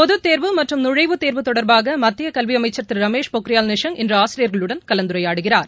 பொதுத்தேர்வு மற்றும் நுழைவுத் தேர்வு தொடர்பாக மத்திய கல்வி அமைச்சர் திரு ரமேஷ் பொக்ரியால் நிஷாங் இன்று ஆசியர்களுடன் கலந்துரையாடுகிறார்